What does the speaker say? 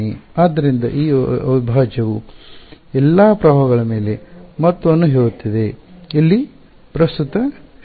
ಆದ್ದರಿಂದ ಈ ಅವಿಭಾಜ್ಯವು ಈ ಎಲ್ಲಾ ಪ್ರವಾಹಗಳ ಮೇಲೆ ಮೊತ್ತವನ್ನು ಹೇಳುತ್ತಿದೆ ಇಲ್ಲಿ ಪ್ರಸ್ತುತ ಶಕ್ತಿ ಏನು